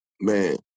man